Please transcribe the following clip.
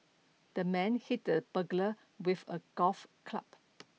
the man hit the burglar with a golf club